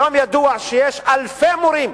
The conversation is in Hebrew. היום ידוע שיש אלפי מורים,